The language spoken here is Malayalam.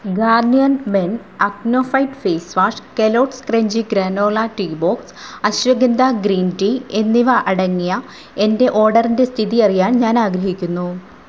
Garnier men acno fight face wash Kellogg's crunchy granola tea box Ashwantha green tea എന്നിവ അടങ്ങിയ എന്റെ ഓർഡറിന്റെ സ്ഥിതി അറിയാൻ ഞാൻ ആഗ്രഹിക്കുന്നു